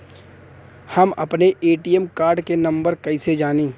हम अपने ATM card के नंबर कइसे जानी?